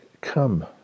come